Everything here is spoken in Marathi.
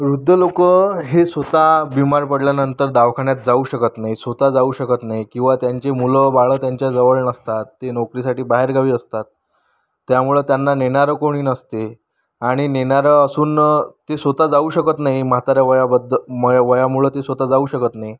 वृद्ध लोकं हे स्वतः बीमार पडल्यानंतर दवाखान्यात जाऊ शकत नाहीत स्वतः जाऊ शकत नाहीत किंवा त्यांची मुलंबाळं त्यांच्या जवळ नसतात ती नोकरीसाठी बाहेरगावी असतात त्यामुळं त्यांना नेणारं कोणी नसते आणि नेणारं असून ते स्वतः जाऊ शकत नाही म्हाताऱ्या वयाबद्ध वयामुळं ते स्वतः जाऊ शकत नाही